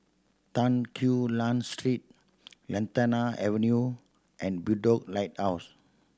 Tan Quee Lan Street Lantana Avenue and Bedok Lighthouse